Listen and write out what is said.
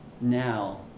now